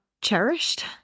cherished